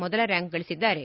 ಮೊದಲ ರ್ಡಾಂಕ್ ಗಳಿಸಿದ್ದಾರೆ